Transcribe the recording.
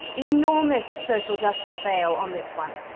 enormous social justice fail on this one